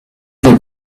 the